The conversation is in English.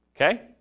Okay